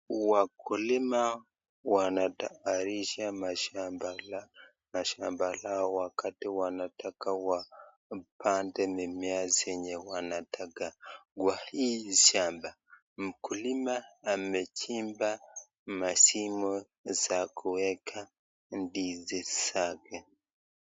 Wakulima wanatayarisha mashamba lao wakati wanataka wapande mimea zenye wanataka kwa hii shamba. Mkulima amechimba masimo za kuweka ndizi zake.